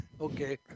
Okay